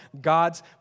God's